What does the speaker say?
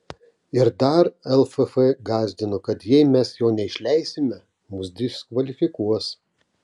ir dar lff gąsdino kad jei mes jo neišleisime mus diskvalifikuos